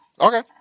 Okay